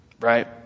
right